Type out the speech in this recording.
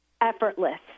effortless